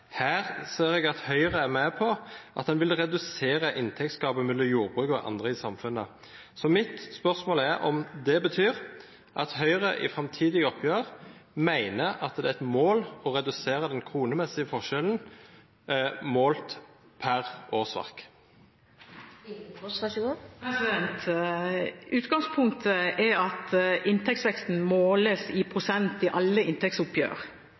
Her ser eg at Høgre er med på merknaden om å redusera inntektsgapet mellom jordbruket og andre i samfunnet. Spørsmålet mitt er om det betyr at Høgre i framtidige oppgjer meiner at det er eit mål å redusera den kronemessige forskjellen målt pr. årsverk. Utgangspunktet er at inntektsveksten måles i prosent i alle